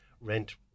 rent